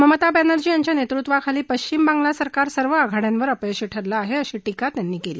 ममता बॅनर्जी यांच्या नेतृत्वाखाली पश्चिम बंगला सरकार सर्व आघाड्यांवर अपयशी ठरलं आहे अशी टिका त्यांनी केली